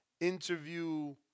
interview